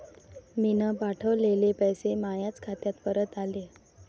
मीन पावठवलेले पैसे मायाच खात्यात परत आले